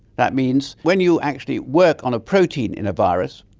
that means when you actually work on a protein in a virus,